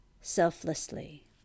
selflessly